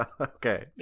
Okay